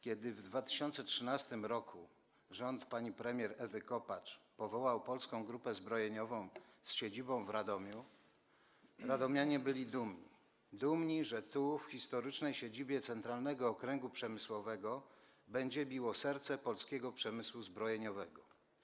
Kiedy w 2013 r. rząd pani premier Ewy Kopacz powołał Polską Grupę Zbrojeniową z siedzibą w Radomiu, radomianie byli dumni, że tu, w historycznej siedzibie Centralnego Okręgu Przemysłowego, będzie biło serce polskiego przemysłu zbrojeniowego.